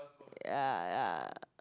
ya ya